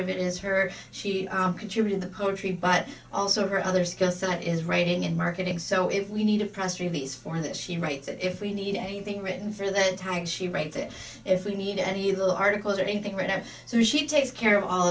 of it is her she contributed the country but also her other skill set is writing and marketing so if we need a press release for that she writes if we need anything written for that time she write it if we need any little articles or anything right now so she takes care of all